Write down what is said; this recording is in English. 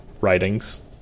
writings